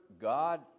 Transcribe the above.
God